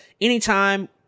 anytime –